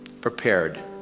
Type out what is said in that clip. prepared